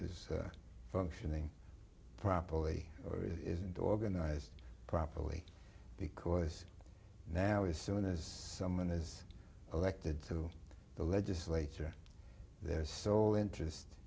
is functioning properly or it isn't organized properly because now as soon as someone is elected to the legislature there's sole interest